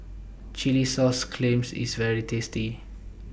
Chilli Sauce Clams IS very tasty